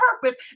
purpose